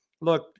Look